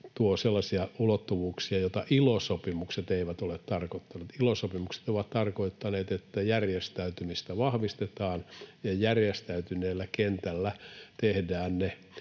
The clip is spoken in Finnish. ulottuvuuksia, joita ILO-sopimukset eivät ole tarkoittaneet. ILO-sopimukset ovat tarkoittaneet, että järjestäytymistä vahvistetaan ja järjestäytyneellä kentällä tehdään